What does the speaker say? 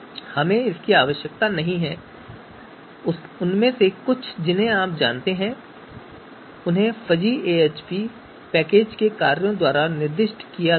हमें इसकी आवश्यकता नहीं है और उनमें से कुछ जिन्हें आप जानते हैं उन्हें fuzzyAHP पैकेज के कार्यों द्वारा निर्दिष्ट किया गया है